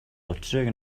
учрыг